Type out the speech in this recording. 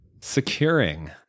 securing